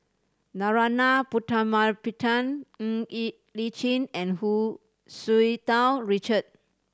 Narana Putumaippittan Ng Li Chin and Hu Tsu Tau Richard